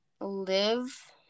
live